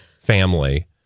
family